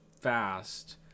fast